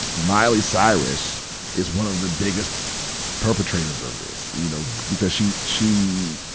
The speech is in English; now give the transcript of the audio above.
miley cyrus is one of the biggest perpetrators of this, you know. because she, she,